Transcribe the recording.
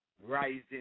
Rising